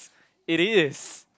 it is